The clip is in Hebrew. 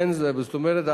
זאת אומרת,